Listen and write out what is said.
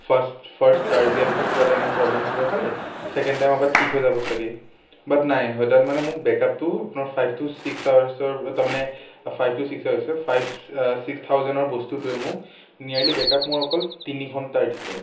fast first charge দিয়াৰ পিছত কিবা এটা এনেকৈ প্ৰব্লেম থাকিব পাৰে ছেকেণ্ড টাইমৰপৰা ঠিক হৈ যাব ছাগে বাট নাই সেইডাল মানে মোক বেকআপটো আপোনাৰ ফাইভ টু ছিক্স আৱাৰচৰ তাৰমানে ফাইভ টু ছিক্স আৱাৰচৰ ফাইফ ছিক্স থাউজেন্ডৰ বস্তুটোৱে মোক নিয়েৰলী বেক আপ মোৰ অকল তিনি ঘন্টাৰ দিছে